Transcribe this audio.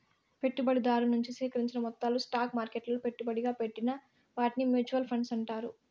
పెట్టుబడిదారు నుంచి సేకరించిన మొత్తాలు స్టాక్ మార్కెట్లలో పెట్టుబడిగా పెట్టిన వాటిని మూచువాల్ ఫండ్స్ అంటారు